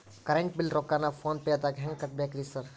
Current bill ರೊಕ್ಕಾನ phone ಪೇದಾಗ ಹೆಂಗ್ ಕಟ್ಟಬೇಕ್ರಿ ಸರ್?